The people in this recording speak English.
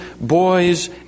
boys